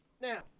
Now